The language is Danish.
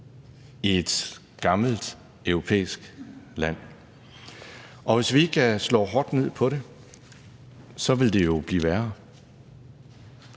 i et gammelt europæisk land! Hvis vi ikke slår hårdt ned på det, bliver det værre.